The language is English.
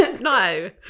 No